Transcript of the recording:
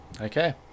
Okay